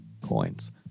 coins